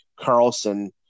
Carlson